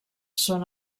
són